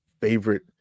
favorite